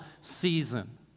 season